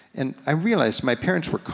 and i realized my parents were,